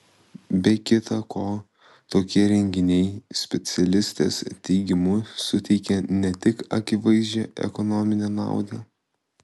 be kita ko tokie renginiai specialistės teigimu suteikia ne tik akivaizdžią ekonominę naudą